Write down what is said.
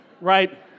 right